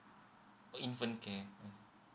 oh infant care